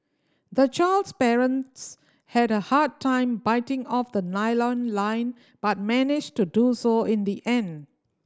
the child's parents had a hard time biting off the nylon line but managed to do so in the end